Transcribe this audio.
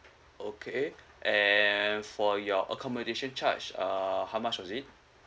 okay and for your accommodation charge uh how much was it